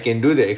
ya